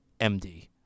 MD